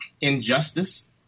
Injustice